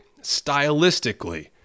stylistically